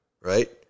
right